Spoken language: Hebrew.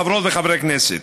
חברות וחברי כנסת,